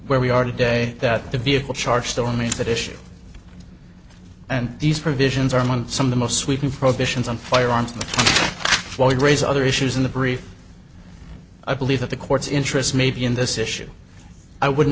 where we are today that the vehicle charge still means that issue and these provisions are months some of the most sweeping prohibitions on firearms floyd raise other issues in the brief i believe that the court's interest maybe in this issue i would